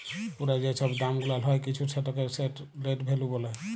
পুরা যে ছব দাম গুলাল হ্যয় কিছুর সেটকে লেট ভ্যালু ব্যলে